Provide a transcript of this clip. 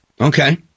Okay